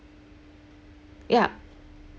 yup